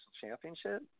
Championship